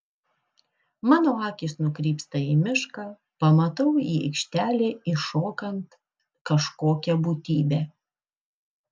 mano akys nukrypsta į mišką pamatau į aikštelę įšokant kažkokią būtybę